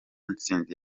ntsinzi